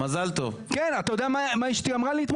אתה יודע למה אני מתכוונת,